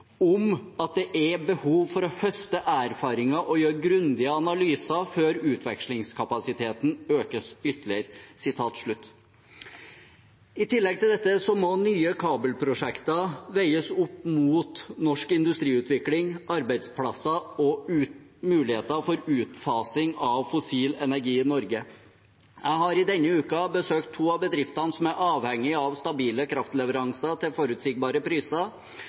om at «det er behov for å høste erfaringer og gjøre grundige analyser før utvekslingskapasiteten økes ytterligere».» I tillegg til dette må nye kabelprosjekter veies opp mot norsk industriutvikling, arbeidsplasser og muligheter for utfasing av fossil energi i Norge. Jeg har denne uken besøkt to av bedriftene som er avhengige av stabile kraftleveranser til forutsigbare priser,